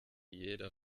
jeder